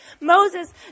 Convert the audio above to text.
Moses